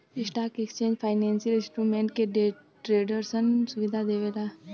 stock exchange financial instrument के ट्रेडरसन सुविधा देवेला